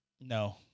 No